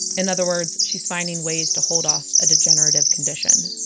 in other words, she's finding ways to hold off a degenerative condition